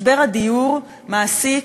משבר הדיור מעסיק,